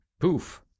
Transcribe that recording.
poof